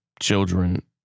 children